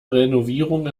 renovierung